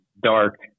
dark